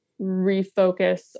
refocus